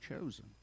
chosen